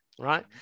right